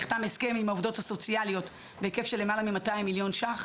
נחתם הסכם עם העובדות הסוציאליות בהיקף של למעלה מ-200,000,000 ש"ח,